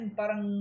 parang